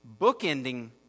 bookending